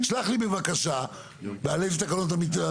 שלח לי בבקשה על איזה תקנות,